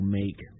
make